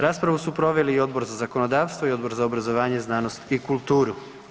Raspravu su proveli Odbor za zakonodavstvo i Odbor za obrazovanje, znanost i kulturu.